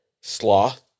sloth